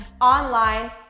online